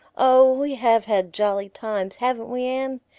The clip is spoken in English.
oh, we have had jolly times, haven't we, anne?